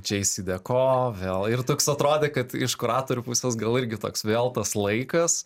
džeisideko vėl ir toks atrodė kad iš kuratorių pusės gal irgi toks vėl tas laikas